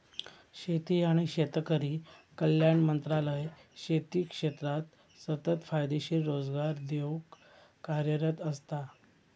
शेती आणि शेतकरी कल्याण मंत्रालय शेती क्षेत्राक सतत फायदेशीर रोजगार देऊक कार्यरत असता